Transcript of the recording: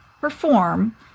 perform